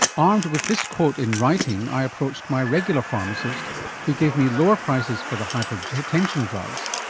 armed with this quote in writing, i approached my regular pharmacist who gave me lower prices for the hypertension drugs,